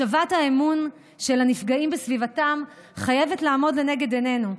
השבת האמון של הנפגעים בסביבתם חייבת לעמוד לנגד עינינו,